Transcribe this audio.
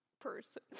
person